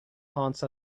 haunts